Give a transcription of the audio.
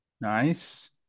Nice